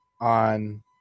on